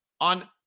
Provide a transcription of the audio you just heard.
on